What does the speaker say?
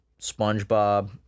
Spongebob